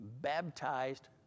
baptized